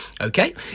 Okay